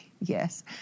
yes